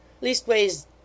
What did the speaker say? Leastways